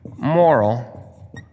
moral